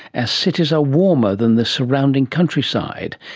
as cities are warmer than the surrounding countryside.